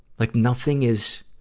like nothing is,